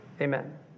Amen